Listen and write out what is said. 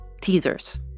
teasers